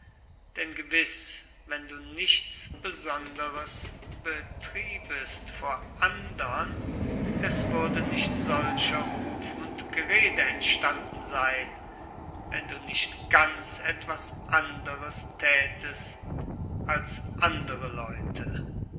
denn gewiß wenn du nichts besonderes betriebest vor andern es würde nicht solcher ruf und gerede entstanden sein wenn du nicht ganz etwas anderes tätest als andere leute